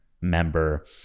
member